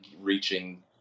reaching